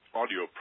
audio